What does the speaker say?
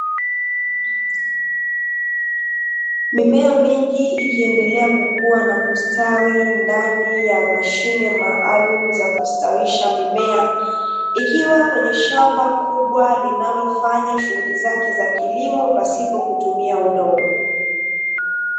Mimea mingi ikiendelea kukua na kustawi ndani ya mashine maalumu za kustawisha mimea, ikiwa kwenye shamba kubwa linalofanya shughuli zake za kilimo pasipo kutumia udongo.